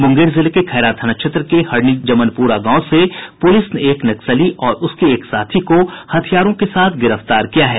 मुंगेर जिले के खैरा थाना क्षेत्र के हरणी जमनपुरा गांव से पुलिस ने एक नक्सली और उसके एक साथी को हथियारों के साथ गिरफ्तार किया है